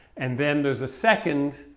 and then there's a second,